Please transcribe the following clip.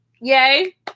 Yay